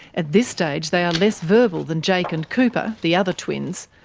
at this stage they are less verbal than jake and cooper, the other twins,